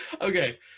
Okay